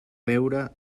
beure